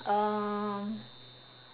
um